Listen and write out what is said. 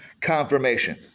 confirmation